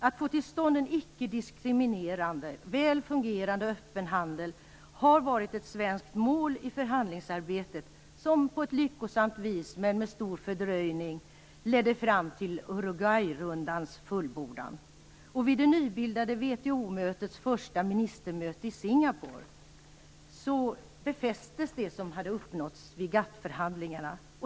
Att få till stånd en ickediskriminerande, väl fungerande öppen handel har varit ett svenskt mål i det förhandlingsarbete som på ett lyckosamt vis men med stor fördröjning ledde fram till Uruguayrundans fullbordan. Vid det nybildade WTO:s första ministermöte i Singapore befästes det som hade uppnåtts vid GATT-förhandlingarna.